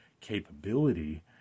capability